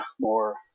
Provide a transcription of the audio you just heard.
more